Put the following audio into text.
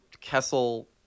Kessel